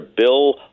Bill